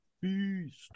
Beast